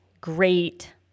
great